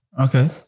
Okay